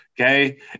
Okay